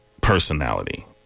personality